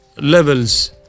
levels